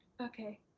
Okay